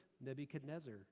Nebuchadnezzar